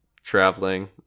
traveling